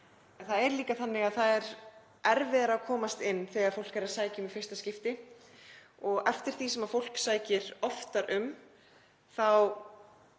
það er líka þannig að það er erfiðara að komast inn þegar fólk er að sækja um í fyrsta skipti og eftir því sem fólk sækir oftar um þá